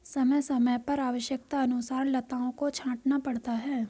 समय समय पर आवश्यकतानुसार लताओं को छांटना पड़ता है